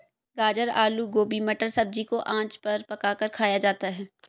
गाजर आलू गोभी मटर सब्जी को आँच पर पकाकर खाया जाता है